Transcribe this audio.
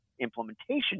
implementation